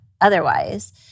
otherwise